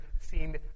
seen